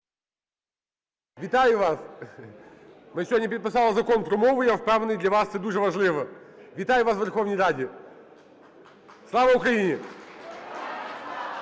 Вітаю вас! Ми сьогодні підписали Закон про мову, я впевнений, для вас це дуже важливо. Вітаю вас у Верховній Раді! Слава Україні! ІЗ